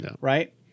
right